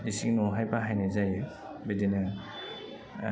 इसिं न'आवहाय बाहायनाय जायो बिदिनो